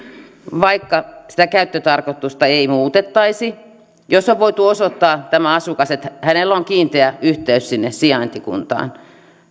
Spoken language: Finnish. vaikka sitä käyttötarkoitusta ei muutettaisi jos asukas on voinut osoittaa että hänellä on kiinteä yhteys sinne sijaintikuntaan